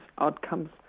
outcomes